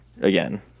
again